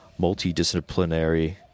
multidisciplinary